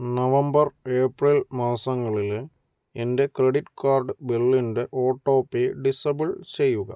November April മാസങ്ങളിലെ എൻ്റെ credit card ബില്ലിൻ്റെ ഓട്ടോപേ ഡിസബിൾ ചെയ്യുക